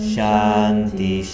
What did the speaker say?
Shanti